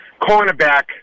cornerback